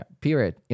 period